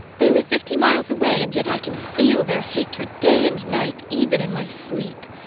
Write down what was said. they live fifty miles away, and yet i can feel their hatred day and night, even in my sleep.